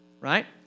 right